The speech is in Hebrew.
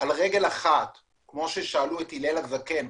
על רגל אחד כמו ששאלו את הילל הזקן,